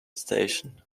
station